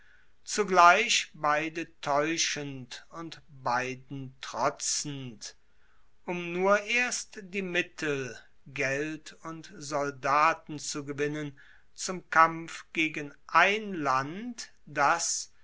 zugleich beide taeuschend und beiden trotzend um nur erst die mittel geld und soldaten zu gewinnen zum kampf gegen ein land das